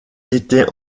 était